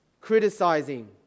criticizing